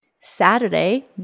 Saturday